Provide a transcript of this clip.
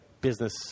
business